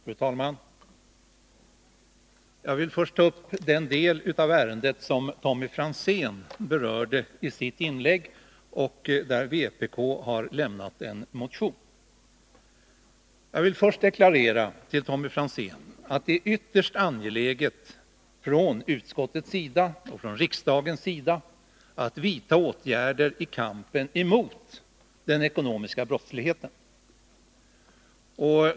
Fru talman! Jag tänker först ta upp den del av ärendet som Tommy Franzén berörde i sitt inlägg och där vpk har väckt en motion. Jag vill då deklarera för Tommy Franzén att det är ytterst angeläget att det från utskottets sida och från riksdagens sida vidtas åtgärder i kampen mot den ekonomiska brottsligheten.